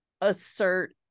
assert